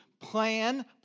Plan